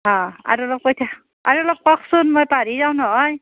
অঁ আৰু অলপ কৈ থাক আৰু অলপ কওকচোন মই পাহৰি যাওঁ নহয়